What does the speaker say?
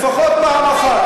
לפחות פעם אחת.